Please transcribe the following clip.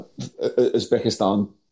Uzbekistan